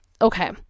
okay